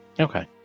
Okay